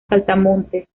saltamontes